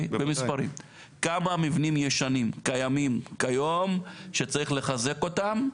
כמה מבנים ישנים קיימים כיום שצריך לחזק אותם?